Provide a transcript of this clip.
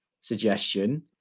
suggestion